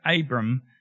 Abram